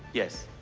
yes.